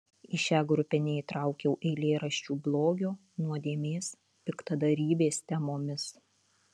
į šią grupę neįtraukiau eilėraščių blogio nuodėmės piktadarybės temomis